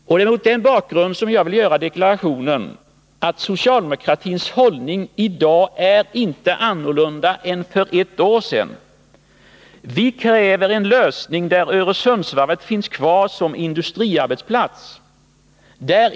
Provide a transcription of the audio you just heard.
Och det är mot den bakgrunden som jag vill göra deklarationen att socialdemokratins hållning i dag inte är annorlunda än för ett år sedan. Vi kräver en lösning där Öresundsvarvet finns kvar som industriarbetsplats.